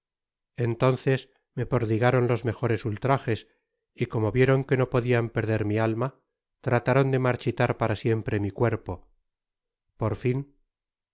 entonces me prodigaron los mejores ultrajes y como vieron que no podian perder mi alma trataron de marchitar para siempre mi cuerpo por fift